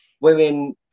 women